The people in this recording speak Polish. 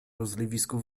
rozlewisku